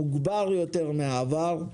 מוגבר יותר מהעבר,